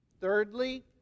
Thirdly